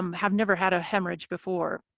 um have never had a hemorrhage before